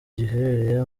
giherereye